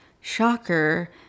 shocker